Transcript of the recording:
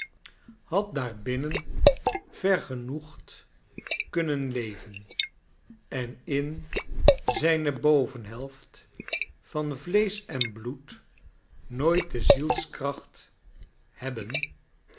had daarbinnen vergenoegd kunnen leven en in zijne bovenhelft van vleesch en bloed nooit de zielskracht hebben